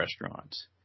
restaurants